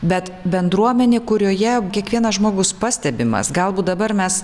bet bendruomenė kurioje kiekvienas žmogus pastebimas galbūt dabar mes